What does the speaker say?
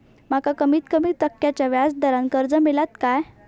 माका कमीत कमी टक्क्याच्या व्याज दरान कर्ज मेलात काय?